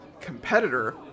Competitor